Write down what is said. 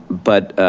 but